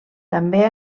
també